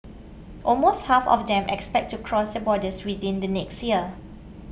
almost half of them expect to cross the borders within the next year